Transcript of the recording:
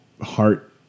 heart